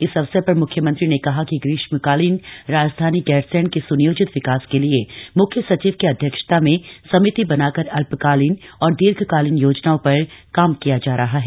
इस अवसर पर मुख्यमंत्री ने कहा कि ग्रीष्मकालीन राजधानी गैरसैंण के सुनियोजित विकास के लिए मुख्य सचिव की अध्यक्षता में समिति बनाकर अल्पकालीन और दीर्घकालीन योजनाओं पर काम किया जा रहा है